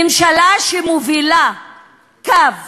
ממשלה שמובילה קו